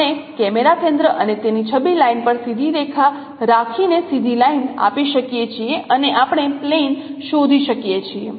આપણે કેમેરા કેન્દ્ર અને તેની છબી લાઇન પર સીધી રેખા રાખીને સીધી લાઈન આપી શકીએ છીએ અને આપણે પ્લેન શોધી શકીએ છીએ